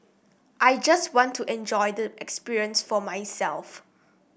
I just wanted to enjoy the experience for myself